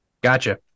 Gotcha